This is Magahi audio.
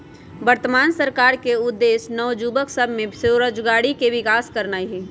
वर्तमान सरकार के उद्देश्य नओ जुबक सभ में स्वरोजगारी के विकास करनाई हई